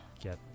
get